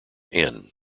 inn